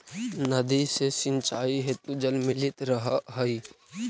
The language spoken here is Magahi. नदी से सिंचाई हेतु जल मिलित रहऽ हइ